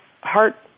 heart